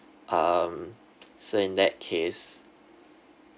um so in that case